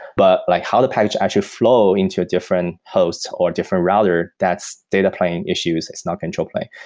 but like how the package actually flow into a different host or different router, that's data plane issues. it's not control plane.